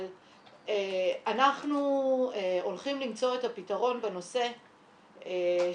אבל אנחנו הולכים למצוא את הפתרון בנושא שעד